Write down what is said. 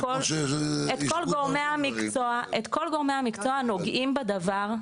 זה כמו --- את כל גורמי המקצוע הנוגעים בדבר,